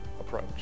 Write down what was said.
approach